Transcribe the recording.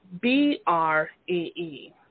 B-R-E-E